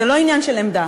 זה לא עניין של עמדה,